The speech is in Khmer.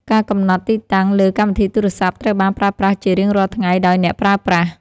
ការកំណត់ទីតាំងលើកម្មវិធីទូរសព្ទ ត្រូវបានប្រើប្រាស់ជារៀងរាល់ថ្ងៃដោយអ្នកប្រើប្រាស់។